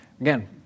Again